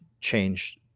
change